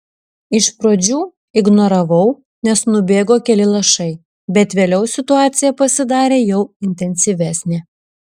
iš pradžių ignoravau nes nubėgo keli lašai bet vėliau situacija pasidarė jau intensyvesnė